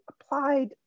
applied